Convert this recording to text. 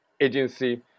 agency